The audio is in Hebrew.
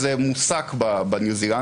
להתפרש גם כמשהו שמעורר שאלה פרשנית